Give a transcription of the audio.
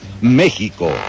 México